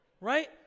Right